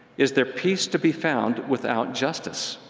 is there peace to be found without justice?